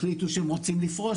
החליטו שהם רוצים לפרוש.